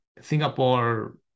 Singapore